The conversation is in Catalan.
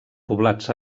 poblats